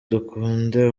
dukunde